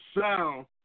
sound